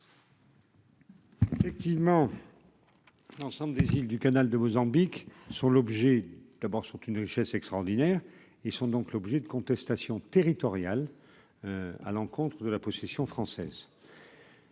Effectivement, l'ensemble des villes du canal de Mozambique sur l'objet d'abord sont une richesse extraordinaire et sont donc l'objet de contestations territoriales à l'encontre de la possession française.